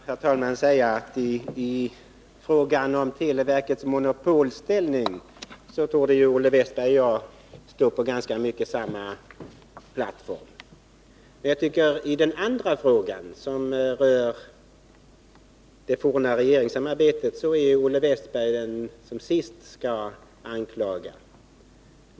Herr talman! Till Olle Wästberg vill jag säga att i frågan om televerkets monopolställning torde Olle Wästberg och jag i ganska stor utsträckning stå på samma plattform. Och jag tycker att i den andra frågan, som rör det forna regeringssamarbetet, är Olle Wästberg den som sist skall anklaga någon.